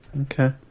Okay